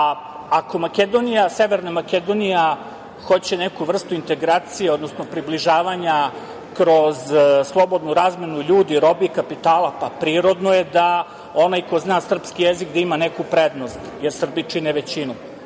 Ako Severna Makedonija hoće neku vrstu integracije, odnosno približavanja kroz slobodnu razmenu ljudi, robe, kapitala, pa prirodno je da onaj ko zna srpski jezik da ima neku prednost, jer Srbi čine većinu,